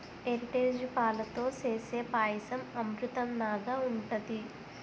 Heritage పాలతో సేసే పాయసం అమృతంనాగ ఉంటది